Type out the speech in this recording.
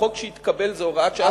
בחוק שהתקבל זה הוראת שעה,